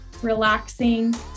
relaxing